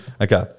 Okay